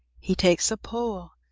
he takes a pole,